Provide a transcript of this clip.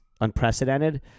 unprecedented